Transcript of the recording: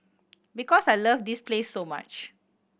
because I love this place so much